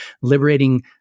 liberating